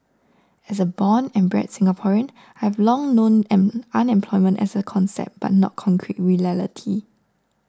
as a born and bred Singaporean I have long known an unemployment as a concept but not concrete reality